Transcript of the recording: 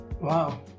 Wow